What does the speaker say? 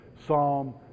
Psalm